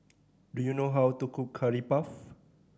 do you know how to cook Curry Puff